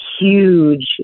huge